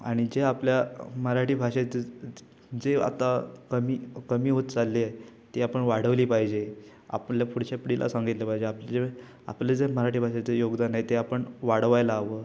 आणि जे आपल्या मराठी भाषेत जे जे जे आता कमी कमी होत चाललीय ती आपण वाढवली पाहिजे आपल्या पुढच्या पिढीला सांगितलं पाहिजे आपलं जे आपलं जर मराठी भाषेचे योगदान आहे ते आपण वाढवायला हवं